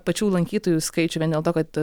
pačių lankytojų skaičių vien dėl to kad